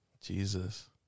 Jesus